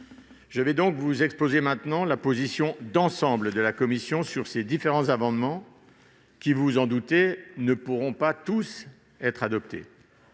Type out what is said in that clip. Je vais vous exposer maintenant la position d'ensemble de la commission sur ces différents amendements qui, vous vous en doutez, ne pourront pas tous être adoptés.